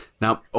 Now